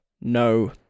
No